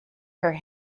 her